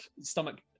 stomach